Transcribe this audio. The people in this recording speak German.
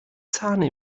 sahne